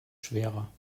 schwerer